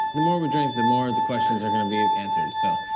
the more we drink, the more and the questions are gonna be answered. so,